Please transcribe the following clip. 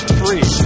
three